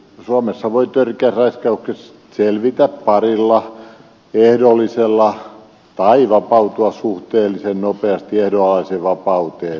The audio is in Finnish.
suomessa voi törkeästä raiskauksesta selvitä parilla vuodella ehdollista tai vapautua suhteellisen nopeasti ehdonalaiseen vapauteen